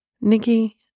Nikki